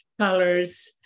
colors